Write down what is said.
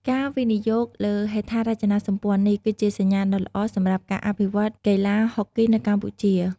ការវិនិយោគលើហេដ្ឋារចនាសម្ព័ន្ធនេះ គឺជាសញ្ញាដ៏ល្អសម្រាប់ការអភិវឌ្ឍកីឡាហុកគីនៅកម្ពុជា។